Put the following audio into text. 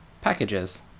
packages